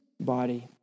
body